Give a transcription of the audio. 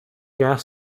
gas